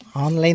Online